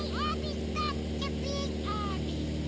abby's back abby.